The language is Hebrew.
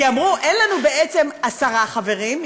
אמרו: אין לנו עשרה חברים,